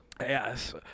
yes